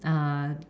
uh